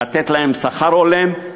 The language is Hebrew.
לתת להם שכר הולם,